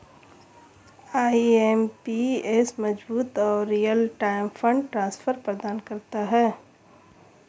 IMPS मजबूत और real time fund transfer प्रदान करता है